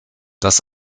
dass